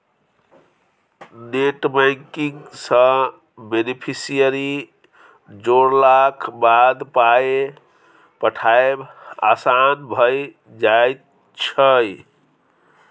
net banking सँ beneficiary जोड़लाक बाद पाय पठायब आसान भऽ जाइत छै